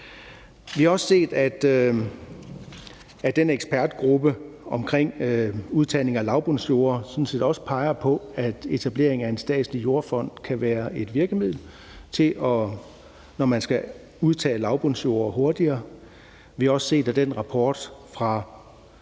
Vi har også set, at ekspertgruppen om udtagning af lavbundsjorder sådan set også peger på, at etablering af en statslig jordfond kan være et virkemiddel til at udtage lavbundsjorder hurtigere. Vi har også set, at den rapport, »Fra